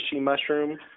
mushroom